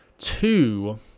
two